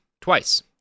Twice